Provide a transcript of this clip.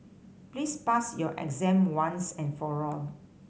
please pass your exam once and for all